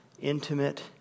intimate